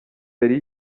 yari